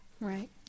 Right